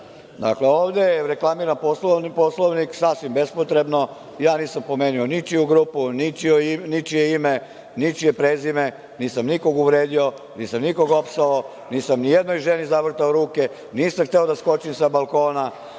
ovde je reklamiran Poslovnik sasvim bespotrebno. Ja nisam pomenuo ničiju grupu, ničije ime, ničije prezime, nisam nikog uvredio, nisam nikog opsovao, nisam nijednoj ženi zavrtao ruke, nisam hteo da skočim sa balkona,